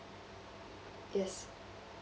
yes